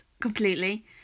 completely